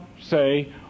say